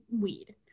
weed